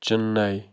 چِنَے